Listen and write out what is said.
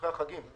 אחרי החגים.